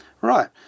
Right